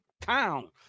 town